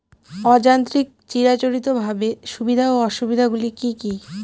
অযান্ত্রিক চিরাচরিতভাবে সুবিধা ও অসুবিধা গুলি কি কি?